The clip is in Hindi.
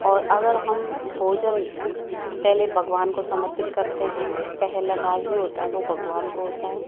और अगर हम भोजन पहले भगवान को समर्पित करते है पहला गाज जो होता है वो भगवान को होता है